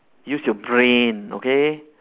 use your brain okay